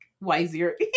Wiser